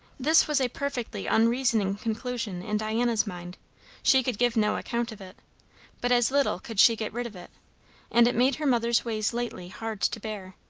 this was a perfectly unreasoning conclusion in diana's mind she could give no account of it but as little could she get rid of it and it made her mother's ways lately hard to bear.